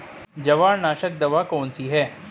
जवार नाशक दवा कौन सी है?